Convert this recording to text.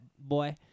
boy